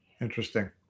interesting